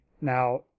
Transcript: Now